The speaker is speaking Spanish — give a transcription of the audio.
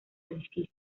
edificios